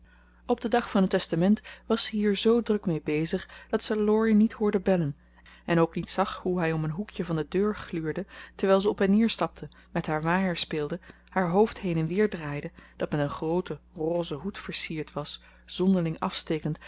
op den dag van het testament was ze hier z druk mee bezig dat ze laurie niet hoorde bellen en ook niet zag hoe hij om een hoekje van de deur gluurde terwijl ze op en neer stapte met haar waaier speelde haar hoofd heen en weer draaide dat met een grooten rosen hoed versierd was zonderling afstekend